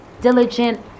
diligent